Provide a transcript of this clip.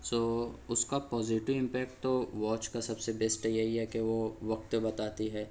سو اس کا positive impact تو واچ کا سب سے بیسٹ یہی ہے کہ وہ وقت بتاتی ہے